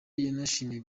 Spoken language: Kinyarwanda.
yanashimiye